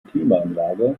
klimaanlage